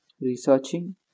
researching